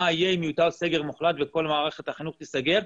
מה יהיה אם יותר סגר מוחלט וכל מערכת החינוך ייסגר,